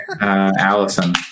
Allison